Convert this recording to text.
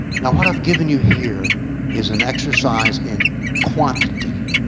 now what i've given you here is an exercise in quantity.